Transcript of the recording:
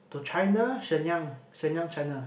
to China Shenyang Shenyang China